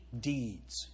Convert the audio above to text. deeds